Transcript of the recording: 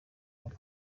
nawe